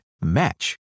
match